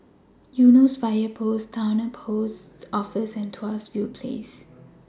Eunos Fire Post Towner Post Office and Tuas View Place